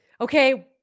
Okay